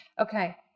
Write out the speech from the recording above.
Okay